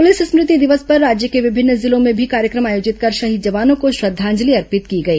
प्रलिस स्मृति दिवस पर राज्य के विभिन्न जिलों में भी कार्यक्रम आयोजित कर शहीद जवानों को श्रद्दांजलि अर्पित की गई